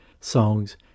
Songs